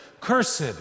cursed